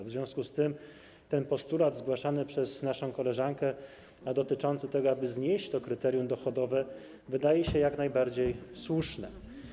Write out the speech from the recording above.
W związku z tym ten postulat zgłaszany przez naszą koleżankę dotyczący tego, aby znieść to kryterium dochodowe, wydaje się jak najbardziej słuszny.